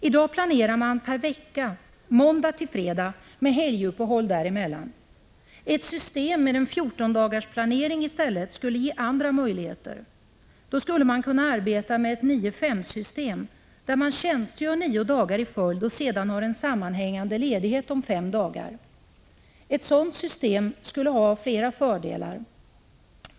I dag planerar man per vecka — måndag till fredag med helguppehåll. Ett system med en 14-dagarsplanering skulle ge andra möjligheter. Då skulle man kunna arbeta med ett 9/5-system, som innebär att man tjänstgör nio dagar i följd och sedan har en sammanhängande ledighet som omfattar fem dagar. Ett sådant system har flera fördelar.